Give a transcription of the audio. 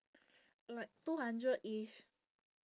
like two hundredish